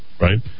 right